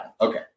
Okay